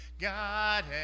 God